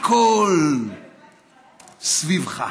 הכול סביבך.